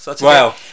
Wow